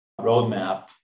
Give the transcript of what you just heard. roadmap